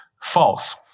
False